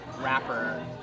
rapper